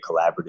collaborative